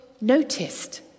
noticed